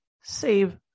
Save